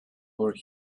over